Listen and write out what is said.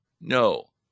No